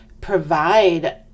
provide